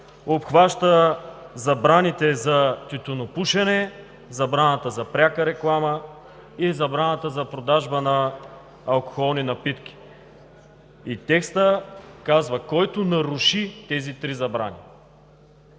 обхваща забраните за тютюнопушене, забраната за пряка реклама и забраната за продажбата на алкохолни напитки. Текстът казва: „който наруши тези три забрани“.